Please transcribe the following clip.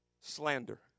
slander